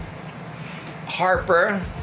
Harper